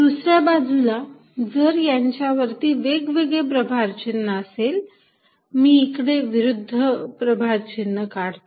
दुसऱ्या बाजूला जर यांच्यावरती वेगवेगळे प्रभार चिन्ह असेल मी इकडे विरुद्ध प्रभार चिन्ह काढतो